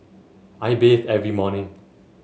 I bathe every morning